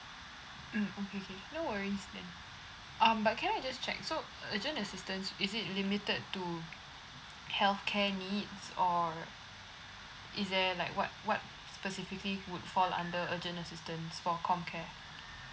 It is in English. mm okay okay no worries then um but can I just check so urgent assistance is it limited to healthcare needs or is there like what what specifically would fall under urgent assistance for com care